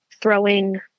throwing